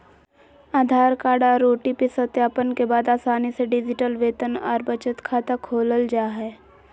आधार card आर OTP सत्यापन के बाद आसानी से डिजिटल वेतन आर बचत खाता खोलल जा हय